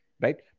Right